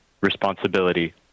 responsibility